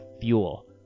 fuel